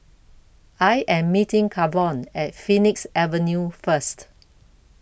I Am meeting Kavon At Phoenix Avenue First